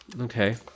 okay